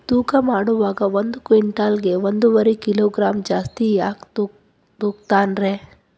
ತೂಕಮಾಡುವಾಗ ಒಂದು ಕ್ವಿಂಟಾಲ್ ಗೆ ಒಂದುವರಿ ಕಿಲೋಗ್ರಾಂ ಜಾಸ್ತಿ ಯಾಕ ತೂಗ್ತಾನ ರೇ?